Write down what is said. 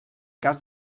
cas